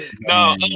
No